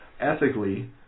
ethically